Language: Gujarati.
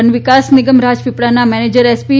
વન વિકાસ નિગમ રાજપીપળાનાં મેનેજર એસ પી